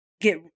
get